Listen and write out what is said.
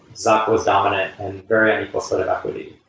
zuck was dominant and very unequal sort of equity.